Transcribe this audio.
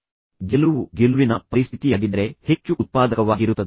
ಇದು ಗೆಲುವು ಗೆಲುವಿನ ಪರಿಸ್ಥಿತಿಯಾಗಿದ್ದರೆ ಅದು ಹೆಚ್ಚು ಉತ್ಪಾದಕವಾಗಿರುತ್ತದೆ